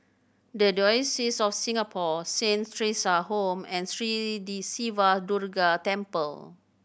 The Diocese of Singapore Saint Theresa Home and Sri Siva Durga Temple